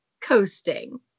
coasting